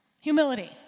Humility